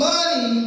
Money